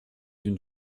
une